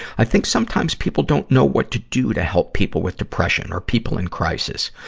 i think sometimes people don't know what to do to help people with depression or people in crisis.